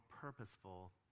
purposeful